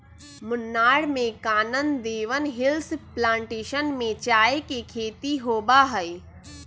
मुन्नार में Kanan Devan hills plantation में चाय के खेती होबा हई